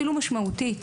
אפילו משמעותית,